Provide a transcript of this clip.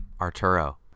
arturo